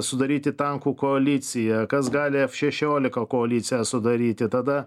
sudaryti tankų koaliciją kas gali f šešiolika koaliciją sudaryti tada